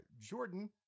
Jordan